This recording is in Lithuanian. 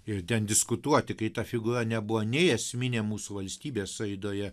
ir ten diskutuoti kai ta figūra nebuvo nei esminė mūsų valstybės raidoje